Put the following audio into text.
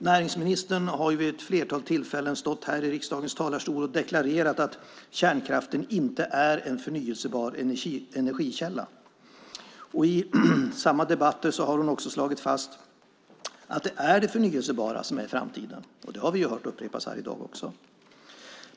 Näringsministern har vid ett flertal tillfällen stått här i riksdagens talarstol och deklarerat att kärnkraften inte är en förnybar energikälla. I samma debatter har hon också slagit fast att det är det förnybara som är framtiden. Det har vi hört upprepas här i dag också.